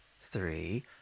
three